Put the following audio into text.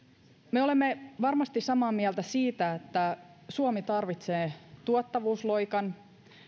me olemme varmasti samaa mieltä siitä että suomi tarvitsee tuottavuusloikan